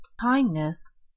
Kindness